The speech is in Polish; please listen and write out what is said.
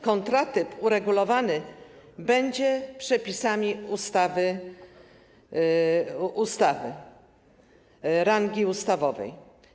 Kontratyp uregulowany będzie przepisami ustawy, rangi ustawowej.